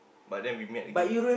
but then we met again